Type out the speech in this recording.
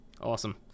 Awesome